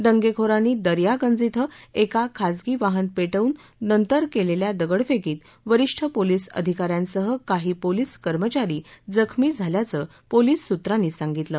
दंगेखोरांनी दर्यगिंज क्वे एका खासगी वाहन पेबून नंतर केलेल्या दगडफेकीत वरिष्ठ पोलिस अधिकाऱ्यांसह काही पोलिस कर्मचारी जखमी झाल्याचं पोलिस सूत्रांनी सांगितलं